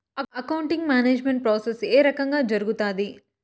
accounting management process ఏ రకంగా జరుగుతాది